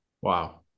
Wow